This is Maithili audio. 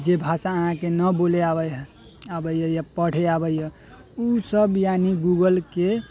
जे भाषा अहाँके नहि बोलै आबैए या पढ़ै आबैए ओसब यानी गूगलके माध्यम